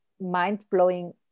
mind-blowing